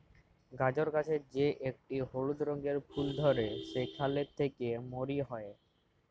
গাজর গাছের যে একটি হলুদ রঙের ফুল ধ্যরে সেখালে থেক্যে মরি হ্যয়ে